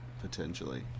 potentially